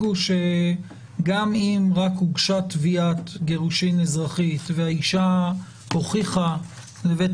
הוא שגם אם רק הוגשה תביעת גירושין אזרחית והאישה הוכיחה לבית